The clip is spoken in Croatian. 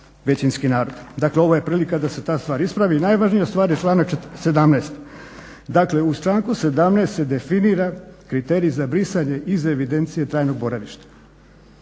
većinski narod. Dakle, ovo je prilika da se ta stvar ispravi. Najvažnija stvar je članak 17., dakle u članku 17. se definira kriterij za brisanje iz evidencije trajnog boravišta.